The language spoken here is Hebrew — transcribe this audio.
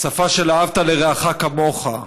השפה של "ואהבת לרעך כמוך",